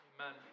Amen